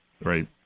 Right